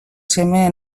seme